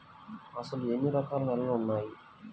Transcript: అసలు ఎన్ని రకాల నేలలు వున్నాయి?